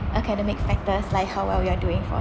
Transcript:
academic factors like how well you are doing for